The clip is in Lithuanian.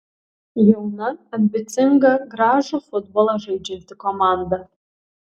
jauna ambicinga gražų futbolą žaidžianti komanda